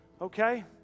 okay